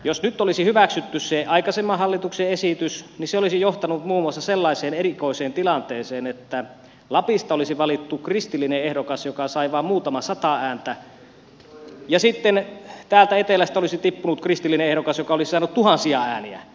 jos nyt olisi hyväksytty se aikaisemman hallituksen esitys niin se olisi johtanut muun muassa sellaiseen erikoiseen tilanteeseen että lapista olisi valittu kristillinen ehdokas joka sai vain muutama sata ääntä ja sitten täältä etelästä olisi tippunut kristillinen ehdokas joka sai tuhansia ääniä